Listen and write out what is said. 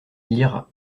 lira